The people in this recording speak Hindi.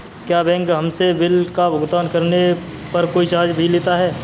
क्या बैंक हमसे बिल का भुगतान करने पर कोई चार्ज भी लेता है?